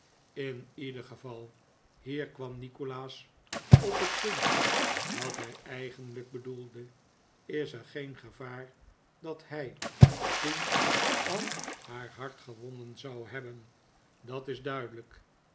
in ieder geval hier kwam nikolaas op het punt dat hij eigenlijk bedoelde is er geen gevaar dat hij toen al haar hart gewonnen zou hebben dat is duidelijk